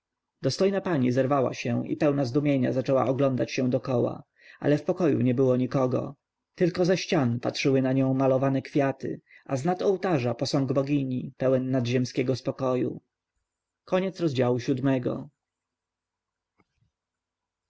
dostojna pani zerwała się i pełna zdumienia zaczęła oglądać się dokoła ale w pokoju nie było nikogo tylko ze ścian patrzyły na nią malowane kwiaty a z nad ołtarza posąg bogini pełen nadziemskiego spokoju